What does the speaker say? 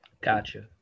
gotcha